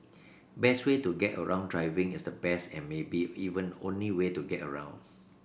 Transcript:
best way to get around driving is the best and maybe even only way to get around